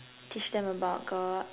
teach them about God